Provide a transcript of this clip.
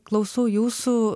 klausau jūsų